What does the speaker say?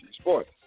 Sports